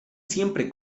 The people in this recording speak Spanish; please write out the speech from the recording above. siempre